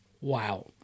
wow